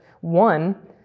one